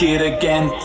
again